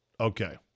Okay